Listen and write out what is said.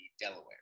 Delaware